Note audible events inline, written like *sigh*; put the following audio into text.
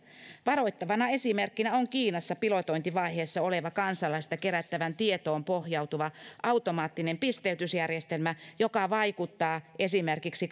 varoittavana esimerkkinä on kiinassa pilotointivaiheessa oleva kansalaisista kerättävään tietoon pohjautuva automaattinen pisteytysjärjestelmä joka vaikuttaa esimerkiksi *unintelligible*